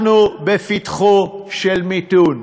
אנחנו בפתחו של מיתון.